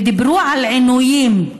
ודיברו על עינויים.